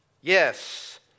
yes